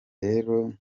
rero